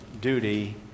duty